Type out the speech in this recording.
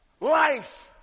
life